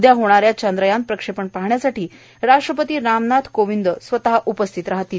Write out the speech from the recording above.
उद्या होणा या चंद्रयान प्रक्षेपण पाहण्यासाठी राष्ट्रपती रामनाथ कोविंद उपस्थित राहणार आहेत